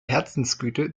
herzensgüte